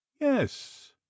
yes